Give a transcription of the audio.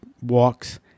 walks